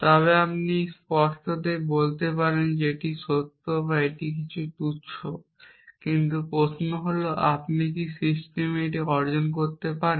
তবে আপনি স্পষ্টতই বলতে পারেন এটি সত্য এবং এটি বেশ তুচ্ছ কিন্তু প্রশ্ন হল আপনি কি সিস্টেমে এটি অর্জন করতে পারেন